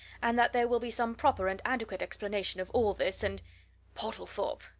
and that there will be some proper and adequate explanation of all this, and portlethorpe!